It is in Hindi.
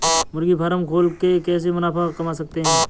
मुर्गी फार्म खोल के कैसे मुनाफा कमा सकते हैं?